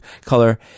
color